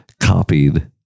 copied